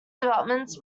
developments